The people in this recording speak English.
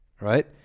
right